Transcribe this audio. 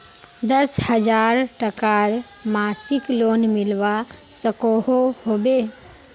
दस हजार टकार मासिक लोन मिलवा सकोहो होबे?